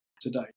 today